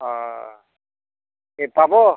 অঁ এই পাব